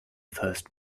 first